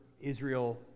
Israel